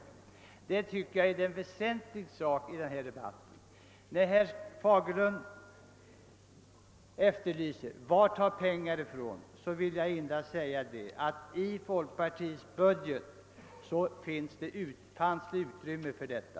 Det tycker jag är en väsentlig sak i denna debatt. När herr Fagerlund undrar var pengarna skall tas vill jag endast säga att det i folkpartiets budget fanns utrymme för detta.